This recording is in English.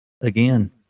Again